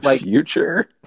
future